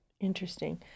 Interesting